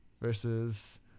versus